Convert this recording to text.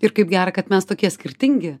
ir kaip gera kad mes tokie skirtingi